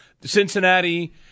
Cincinnati